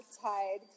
tide